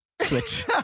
Switch